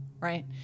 Right